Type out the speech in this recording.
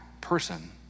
person